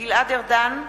גלעד ארדן,